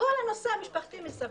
לכל הנושא המשפחתי מסביב.